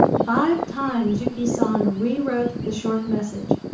five times yuki san rewrote the short message,